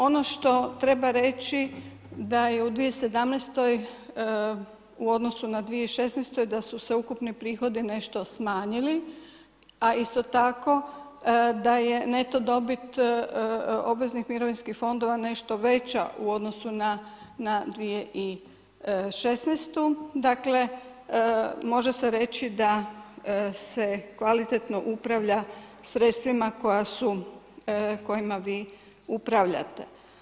Ono što treba reći da je u 2017. u odnosu na 2016. da su se ukupni prihodi nešto smanjili, a isto tako da je NETO dobit obveznih mirovinskih fondova nešto veća u odnosu na 2016. dakle može se reći da se kvalitetno upravlja sredstvima kojima vi upravljate.